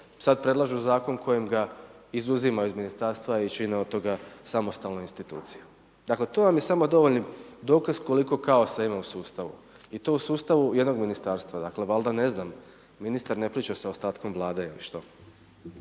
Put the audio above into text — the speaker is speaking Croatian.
sada predlažu zakon kojim ga izuzimaju iz ministarstva i čine od toga samostalnu instituciju. Dakle, to vam je samo dovoljni dokaz koliko kaosa ima u sustavu i to u sustavu jednog ministarstva. Dakle, valjda ne znam ministar ne priča sa ostatkom Vlade ili što.